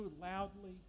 loudly